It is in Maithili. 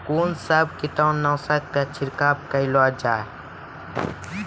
कून सब कीटनासक के छिड़काव केल जाय?